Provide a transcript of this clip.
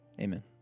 Amen